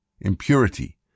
impurity